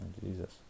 Jesus